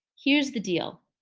here's the deal.